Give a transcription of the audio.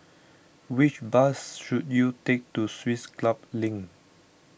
which bus should you take to Swiss Club Link